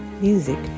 music